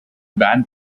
band